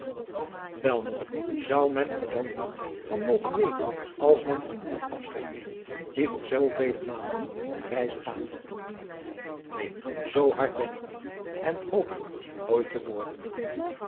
wel moeder zou men er dan niet van mogen weten als men van iemand afscheid neemt die voor zoo vele maanden op reis gaat neen zoo hard ben ik niet en hoop ik nooit te worden